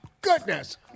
goodness